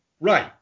Right